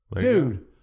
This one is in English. dude